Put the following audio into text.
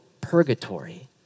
purgatory